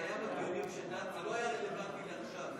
זה היה בדיונים, זה לא היה רלוונטי לעכשיו.